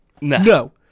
no